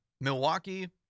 Milwaukee